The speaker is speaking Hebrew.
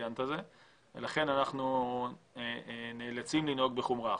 לכן אנחנו נאלצים לנהוג בחומרה.